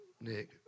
Nick